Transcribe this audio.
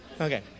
okay